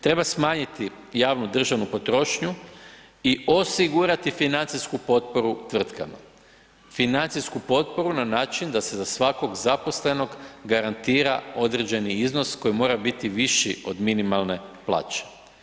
Treba smanjiti javnu državnu potrošnju i osigurati financijsku potporu tvrtkama, financijsku potporu na način da se za svakog zaposlenog garantira određeni iznos koji mora biti viši od minimalne plaće.